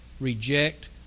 reject